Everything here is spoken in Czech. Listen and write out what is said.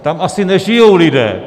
Tam asi nežijí lidé.